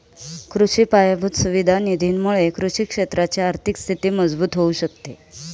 कृषि पायाभूत सुविधा निधी मुळे कृषि क्षेत्राची आर्थिक स्थिती मजबूत होऊ शकते